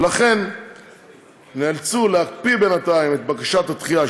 ולכן נאלצו להקפיא בינתיים את בקשת הדחייה,